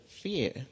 fear